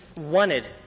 wanted